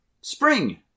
spring